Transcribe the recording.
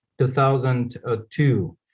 2002